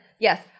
yes